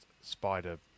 spider